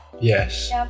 Yes